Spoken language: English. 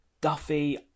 Duffy